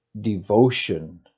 devotion